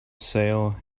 sale